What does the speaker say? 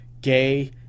Gay